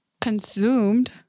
consumed